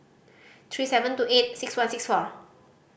three seven two eight six one six four